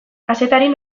kazetariei